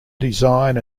design